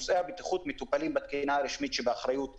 נושאי הבטיחות מטופלים בתקינה הרשמית שבאחריות משרדנו.